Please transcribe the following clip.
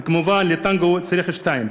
וכמובן, לטנגו צריך שניים.